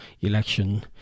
election